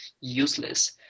useless